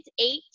eight